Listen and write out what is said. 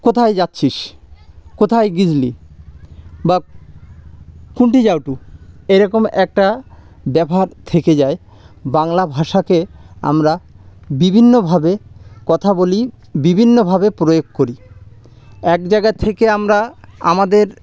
কোথায় যাচ্ছিস কোথায় গিজলি বা কুনঠি যাউটু এরকম একটা ব্যাপার থেকে যায় বাংলা ভাষাকে আমরা বিভিন্নভাবে কথা বলি বিভিন্নভাবে প্রয়োগ করি এক জায়গার থেকে আমরা আমাদের